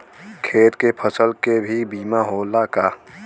खेत के फसल के भी बीमा होला का?